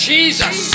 Jesus